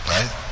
Right